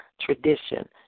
tradition